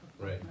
Right